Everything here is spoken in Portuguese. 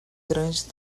grande